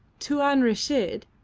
tuan reshid,